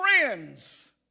friends